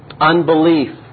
unbelief